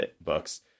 books